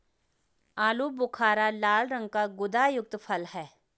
आलू बुखारा लाल रंग का गुदायुक्त फल है